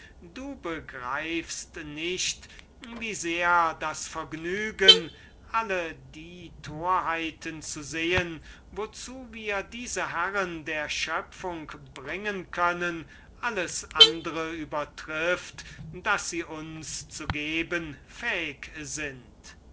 du begreifst nicht wie sehr das vergnügen das uns der anblick aller der torheiten macht wozu wir diese herren der schöpfung bringen können alle andre übertrifft die sie uns zu machen fähig sind